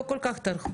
לא כל כך טרחו.